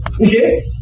Okay